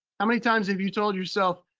how many times have you told yourself,